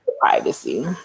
privacy